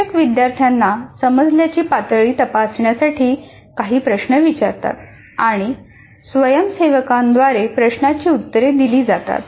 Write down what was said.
शिक्षक विद्यार्थ्यांना समजल्याची पातळी तपासण्यासाठी काही प्रश्न विचारतात आणि स्वयंसेवकांद्वारे प्रश्नांची उत्तरे दिली जातात